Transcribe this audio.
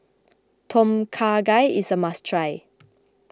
Tom Kha Gai is a must try